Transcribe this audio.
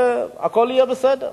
והכול יהיה בסדר.